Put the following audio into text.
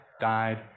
died